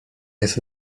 jest